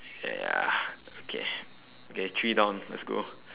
ya okay okay three down let's go